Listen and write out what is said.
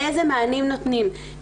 איזה מענים נותנים?